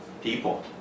people